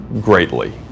Greatly